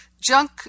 junk